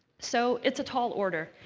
so it's a tall order.